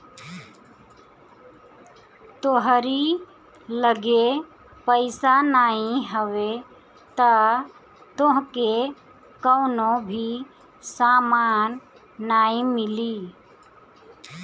तोहरी लगे पईसा नाइ हवे तअ तोहके कवनो भी सामान नाइ मिली